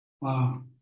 wow